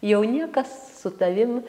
jau niekas su tavim